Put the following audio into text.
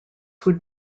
would